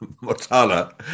Motala